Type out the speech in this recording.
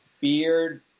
beard